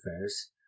affairs